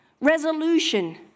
resolution